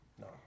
No